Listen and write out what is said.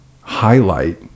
highlight